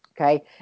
okay